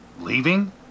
leaving